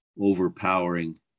overpowering